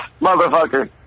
motherfucker